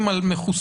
לעניין